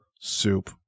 soup